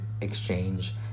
exchange